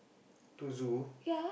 to zoo